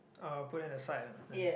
uh put it at the side lah then